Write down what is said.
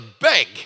big